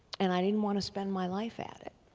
and i didn't want to spend my life at it.